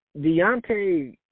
Deontay